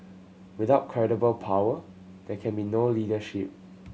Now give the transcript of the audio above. without credible power there can be no leadership